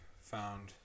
found